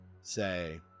say